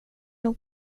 nog